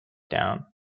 down